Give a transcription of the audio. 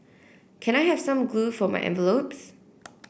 can I have some glue for my envelopes